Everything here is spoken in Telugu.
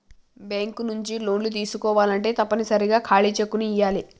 బ్యేంకు నుంచి లోన్లు తీసుకోవాలంటే తప్పనిసరిగా ఖాళీ చెక్కుని ఇయ్యాలే